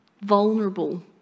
vulnerable